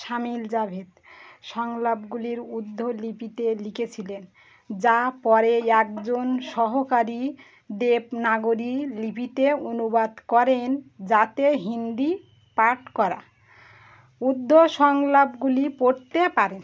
সামিল জাভেদ সংলাপগুলির উর্ধ লিপিতে লিখেছিলেন যা পরে একজন সহকারী দেবনাগরী লিপিতে অনুবাদ করেন যাতে হিন্দি পাঠ করা উর্ধ সংলাপগুলি পড়তে পারেন